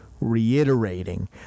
reiterating